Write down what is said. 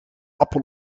appel